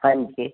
ਹਾਂਜੀ